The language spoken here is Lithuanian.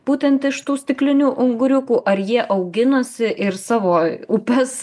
būtent iš tų stiklinių unguriukų ar jie auginasi ir savo upes